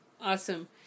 awesome